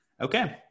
Okay